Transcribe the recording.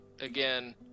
again